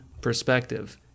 perspective